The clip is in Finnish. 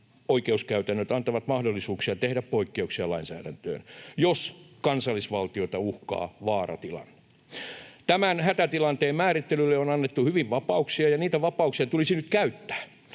oikeuskäytännöt antavat mahdollisuuksia tehdä poikkeuksia lainsäädäntöön, jos kansallisvaltiota uhkaa vaaratilanne. Tämän hätätilanteen määrittelylle on annettu hyvin vapauksia, ja niitä vapauksia tulisi nyt käyttää.